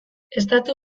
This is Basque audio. estatu